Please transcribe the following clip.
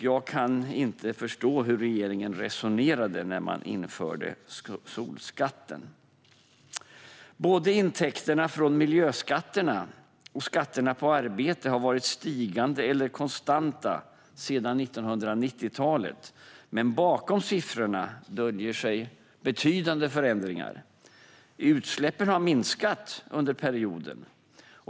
Jag kan inte förstå hur regeringen resonerade när man införde solskatten. Både intäkterna från miljöskatterna och från skatterna på arbete har varit stigande eller konstanta sedan 1990-talet. Men bakom siffrorna döljer sig betydande förändringar. Utsläppen har minskat under perioden.